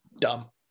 Dumb